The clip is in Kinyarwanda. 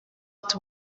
ati